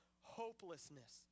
hopelessness